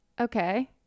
Okay